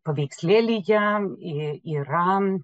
paveikslėlį jam yra